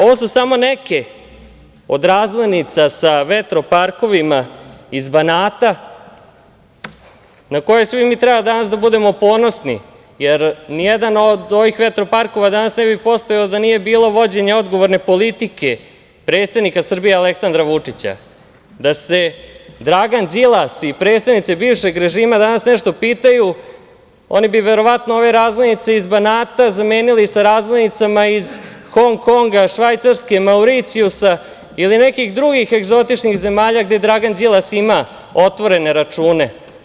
Ovo su samo neke od razglednica sa vetroparkovima iz Banata, na koje svi mi danas treba da budemo ponosni, jer nijedan od ovih vetroparkova danas ne bi postojao da nije bilo vođenje odgovorne politike predsednika Srbije, Aleksandra Vučića, da se Dragan Đilas i predstavnici bivšeg režima danas nešto pitaju, oni bi verovatno ove razlgednice iz Banata zamenili sa razglednicama iz Hong Konga, Švajcarske, Mauricijusa ili nekih drugih egzotičnih zemalja gde Dragan Đilas ima otvorene račune.